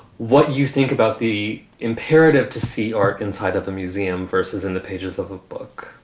what you think about the imperative to see art inside of a museum versus in the pages of a book?